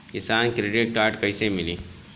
किसान credit card कइसे मिली?